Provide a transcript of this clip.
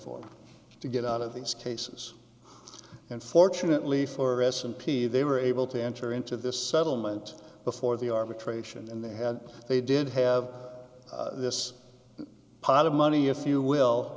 for to get out of these cases unfortunately for s and p they were able to enter into this settlement before the arbitration and they had they did have this pot of money if you will